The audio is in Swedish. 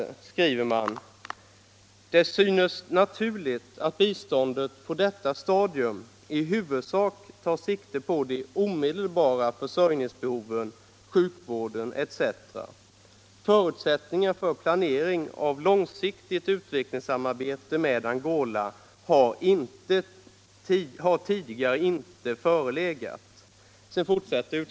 "Det synes naturligt att biståndet på detta stadium i huvudsak tar sikte på de omedelbara försörjningsbehoven, sjukvården etc. Förutsättningar för planering av långsiktigt utvecklingssamarbete med Angola har tidigare inte förelegat.